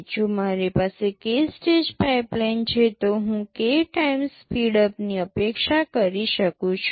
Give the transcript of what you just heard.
જો મારી પાસે k સ્ટેજ પાઇપલાઇન છે તો હું k ટાઇમ્સ સ્પીડઅપની અપેક્ષા કરી શકું છું